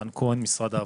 רן כהן ממשרד העבודה,